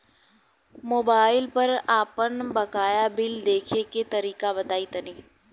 Mobile पर आपन बाकाया बिल देखे के तरीका बताईं तनि?